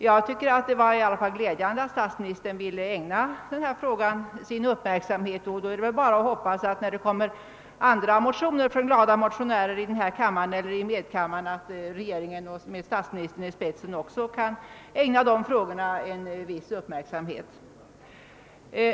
Jag tyckte ändå att det var glädjande att statsministern ville ägna uppmärksamhet åt denna fråga. Det är väl bara att hoppas att regeringen även i fortsättningen med statsministern i spetsen kommer att ägna en viss uppmärksamhet åt de frågor som tas upp av glada motionärer i denna kammare eller i medkammaren.